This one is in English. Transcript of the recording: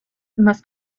must